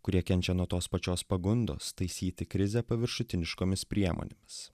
kurie kenčia nuo tos pačios pagundos taisyti krizę paviršutiniškomis priemonėmis